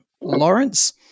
Lawrence